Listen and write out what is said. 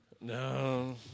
No